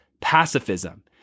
pacifism